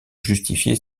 justifier